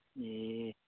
ए